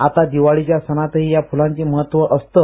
आता दिवाळीच्या सणातही या फुलांचे महत्त्व असतं